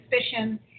suspicion